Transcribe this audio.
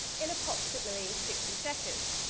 in approximately sixty seconds.